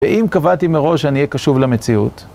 ואם קבעתי מראש שאני אהיה קשוב למציאות?